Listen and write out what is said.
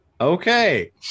Okay